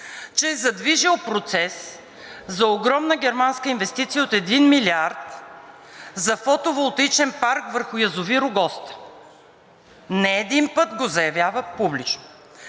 че е задвижил процес за огромна германска инвестиция от 1 милиард за фотоволтаичен парк върху язовир „Огоста“. Не един път го заявява публично.